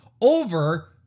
over